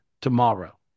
tomorrow